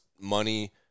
money